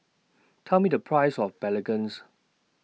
Tell Me The Price of Belacan